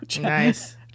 Nice